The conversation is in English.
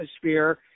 atmosphere